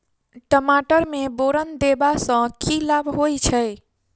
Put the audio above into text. टमाटर मे बोरन देबा सँ की लाभ होइ छैय?